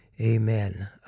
amen